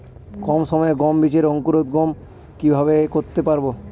কম সময়ে গম বীজের অঙ্কুরোদগম কিভাবে করতে পারব?